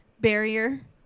barrier